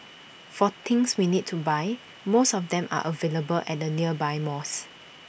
for things we need to buy most of them are available at the nearby malls